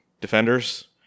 defenders